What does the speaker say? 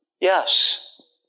Yes